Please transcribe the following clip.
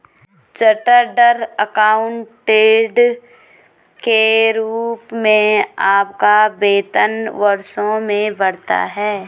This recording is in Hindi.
चार्टर्ड एकाउंटेंट के रूप में आपका वेतन वर्षों में बढ़ता है